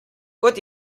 kot